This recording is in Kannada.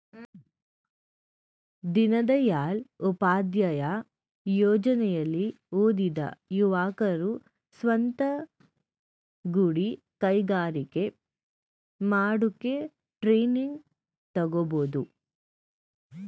ದೀನದಯಾಳ್ ಉಪಾಧ್ಯಾಯ ಯೋಜನೆಲಿ ಓದಿದ ಯುವಕರು ಸ್ವಂತ ಗುಡಿ ಕೈಗಾರಿಕೆ ಮಾಡೋಕೆ ಟ್ರೈನಿಂಗ್ ತಗೋಬೋದು